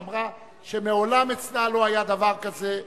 שאמרה שמעולם אצלה לא היה דבר כזה.